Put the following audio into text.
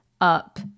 up